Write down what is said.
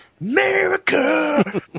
America